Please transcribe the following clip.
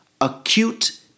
acute